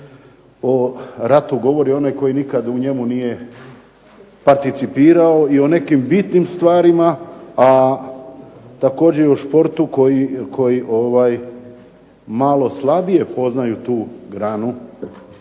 o ratu govori onaj koji nikad u njemu nije participirao i o nekim bitnim stvarima, a također i o športu koji malo slabije poznaju tu granu